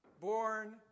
born